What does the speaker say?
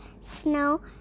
snow